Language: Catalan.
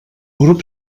grup